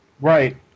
Right